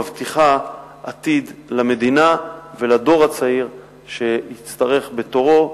מבטיחה עתיד למדינה ולדור הצעיר שיצטרף בתורו,